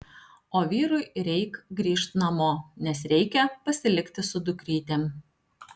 o vyrui reik grįžt namo nes reikia pasilikti su dukrytėm